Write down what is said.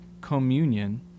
communion